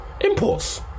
imports